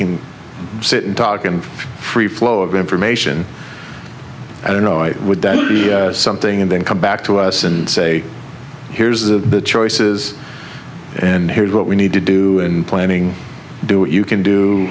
can sit and talk and free flow of information i don't know i would something and then come back to us and say here's the choices and here's what we need to do planning do what you can do